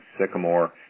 sycamore